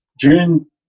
June